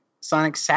Sonic